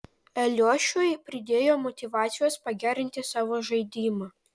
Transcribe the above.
eliošiui pridėjo motyvacijos pagerinti savo žaidimą